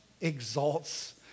exalts